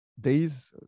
days